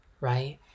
right